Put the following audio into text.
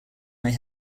may